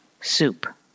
Soup